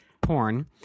porn